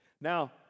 Now